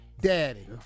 Daddy